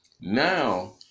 Now